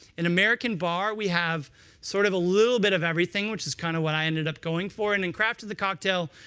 in american bar, we have sort of a little bit of everything, which is kind of what i ended up going for. and in craft of the cocktail,